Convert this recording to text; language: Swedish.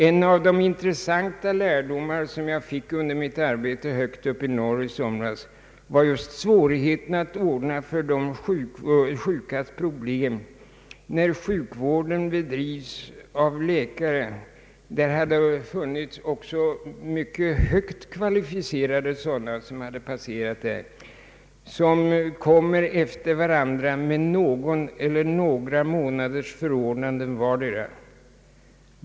En av de intressanta lärdomar jag fick under mitt arbete högt uppe i norr i somras var just svårigheten att lösa de sjukas problem när sjukvården bedrevs av läkare — på den plats där jag var hade också mycket högt kvalificerade läkare tjänstgjort, som avlöst varandra med någon eller några månaders förordnande.